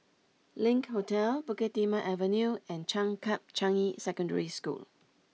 Link Hotel Bukit Timah Avenue and Changkat Changi Secondary School